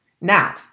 now